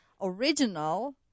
Original